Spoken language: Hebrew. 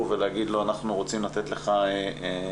ולהגיד לו: אנחנו רוצים לתת לך שירות,